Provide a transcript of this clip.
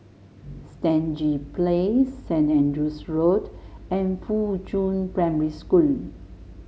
Stangee Place Saint Andrew's Road and Fuchun Primary School